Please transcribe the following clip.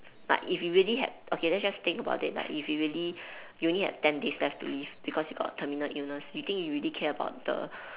but if you really had okay let's just think about it like if you really you only had ten days left to live because you got terminal illness you think you really care about the